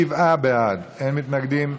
57 בעד, אין מתנגדים,